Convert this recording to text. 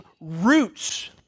roots